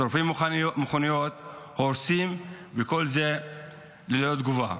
שורפים מכוניות, הורסים, וכל זה ללא תגובה.